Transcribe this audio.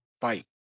fight